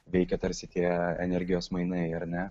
veikia tarsi tie energijos mainai ar ne